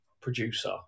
producer